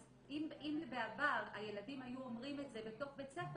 אז אם בעבר הילדים היו אומרים את זה בתוך בית ספר,